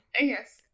yes